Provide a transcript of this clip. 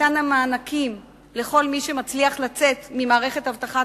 מתן המענקים לכל מי שמצליח לצאת ממערכת הבטחת